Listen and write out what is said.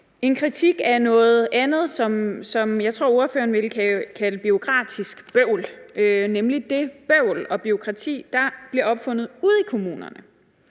en kritik af noget andet, som jeg tror ordføreren ville kalde bureaukratisk bøvl, nemlig det bøvl og bureaukrati, der bliver opfundet ude i kommunerne.